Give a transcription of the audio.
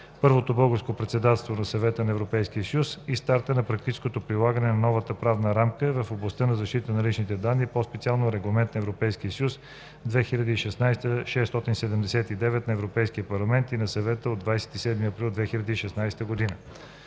първото Българско председателство на Съвета на Европейския съюз и стартът на практическото прилагане на новата правна рамка в областта на защитата на личните данни, по-специално Регламент (ЕС) 2016/679 на Европейския парламент и на Съвета от 27 април 2016 г.